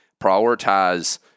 prioritize